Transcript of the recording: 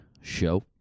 Show